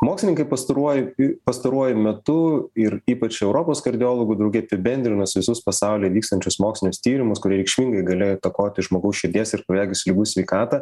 mokslininkai pastaruoju pastaruoju metu ir ypač europos kardiologų drauge apibendrinus visus pasaulyje vykstančius mokslinius tyrimus kurie reikšmingai galėjo įtakoti žmogaus širdies ir kraujagyslių ligų sveikatą